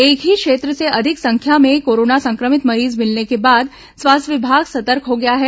एक ही क्षेत्र से अधिक संख्या में कोरोना संक्रमित मरीज मिलने के बाद स्वास्थ्य विभाग सतर्क हो गया है